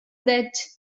that